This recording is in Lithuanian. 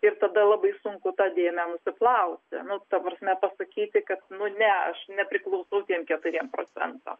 ir tada labai sunku tą dėmę nenusiplausi nu ta prasme pasakyti kad nu ne aš nepriklausau tiem keturiem procentam